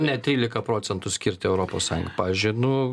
net tryliką procentų skirti europos sąjunga pavyzdžiui ar nu